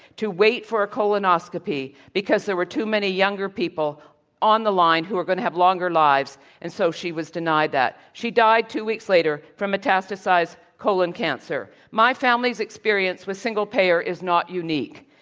to wait for a colonoscopy because there were too many younger people on the line who were going to have longer lives. and so, she was denied that. she died two weeks later from metastasized colon cancer. my family's experience with single-payer is not unique.